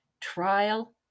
trial